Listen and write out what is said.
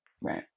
Right